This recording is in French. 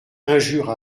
injures